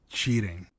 cheating